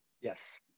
Yes